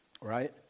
right